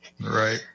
Right